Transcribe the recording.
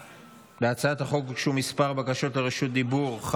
להצעת החוק הוגשו כמה בקשות לרשות דיבור.